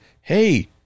Hey